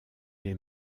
les